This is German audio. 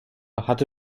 hatte